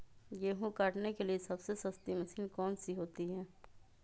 गेंहू काटने के लिए सबसे सस्ती मशीन कौन सी होती है?